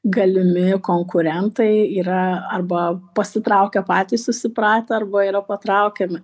galimi konkurentai yra arba pasitraukia patys susipratę arba yra patraukiami